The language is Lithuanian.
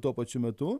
tuo pačiu metu